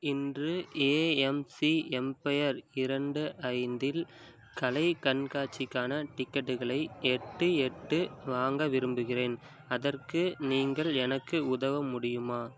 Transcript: இன்று AMC Empire இரண்டு ஐந்தில் கலை கண்காட்சிக்கான டிக்கெட்டுகளை எட்டு எட்டு வாங்க விரும்புகிறேன் அதற்கு நீங்கள் எனக்கு உதவ முடியுமா